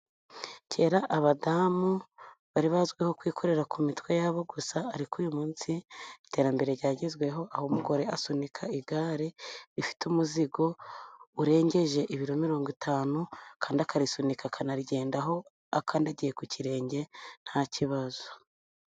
Kera abadamu bari bazwiho kwikorera ku mitwe yabo, gusa ariko uyu munsi iterambere ryagezweho, aho umugore asunika igare rifite umuzigo urengeje ibiro mirongo itanu, kandi akarisunika akanarigendaho akandagiye ku kirenge nta kibazo.